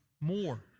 more